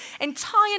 entire